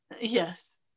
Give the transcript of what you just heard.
Yes